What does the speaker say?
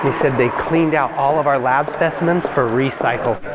and they cleaned out all of our lab specimens for recycle.